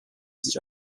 sich